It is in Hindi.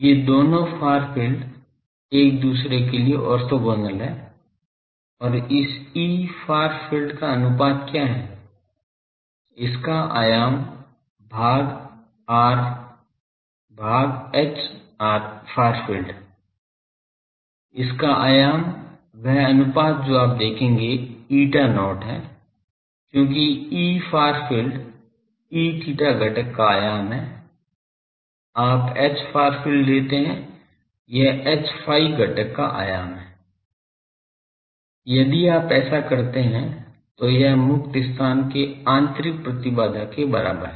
ये दोनों फार फील्ड एक दूसरे के लिए ऑर्थोगोनल हैं और इस Efar field का अनुपात क्या है इसका आयाम भाग Hfar field इसका आयाम वह अनुपात जो आप देखेंगे eta not है क्योंकि Efar field Eθ घटक का आयाम है आप Hfar field लेते हैं यह Hϕ घटक का आयाम है यदि आप ऐसा करते हैं तो यह मुक्त स्थान के आंतरिक प्रतिबाधा के बराबर है